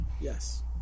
Yes